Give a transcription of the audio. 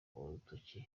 urutoki